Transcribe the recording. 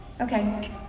Okay